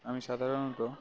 আমি সাধারণত